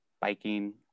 biking